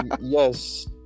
yes